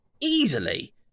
easily